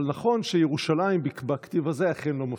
אבל נכון ש"ירושלים" בכתיב הזה אכן לא מופיעה.